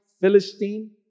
Philistine